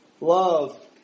love